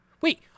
Wait